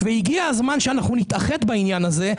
והגיע הזמן שנתאחד בעניין הזה.